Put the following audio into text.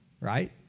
Right